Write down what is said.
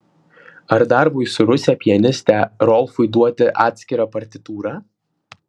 ar darbui su ruse pianiste rolfui duoti atskirą partitūrą